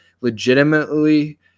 legitimately